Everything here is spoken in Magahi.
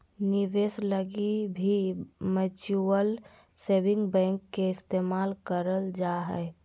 निवेश लगी भी म्युचुअल सेविंग बैंक के इस्तेमाल करल जा हय